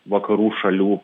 vakarų šalių